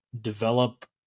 develop